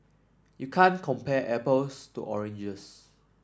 you can't compare apples to oranges